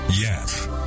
Yes